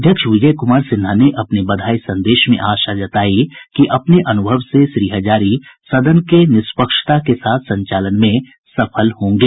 अध्यक्ष विजय कुमार सिन्हा ने अपने बधाई संदेश में आशा व्यक्त की कि अपने अनुभव से श्री हजारी सदन के निष्पक्षता के साथ संचालन में सफल होंगे